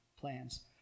plans